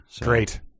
Great